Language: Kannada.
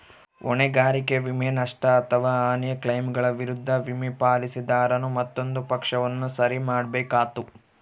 ಹೊಣೆಗಾರಿಕೆ ವಿಮೆ, ನಷ್ಟ ಅಥವಾ ಹಾನಿಯ ಕ್ಲೈಮ್ಗಳ ವಿರುದ್ಧ ವಿಮೆ, ಪಾಲಿಸಿದಾರನು ಮತ್ತೊಂದು ಪಕ್ಷವನ್ನು ಸರಿ ಮಾಡ್ಬೇಕಾತ್ತು